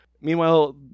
Meanwhile